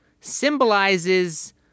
symbolizes